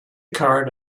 card